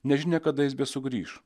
nežinia kada jis besugrįš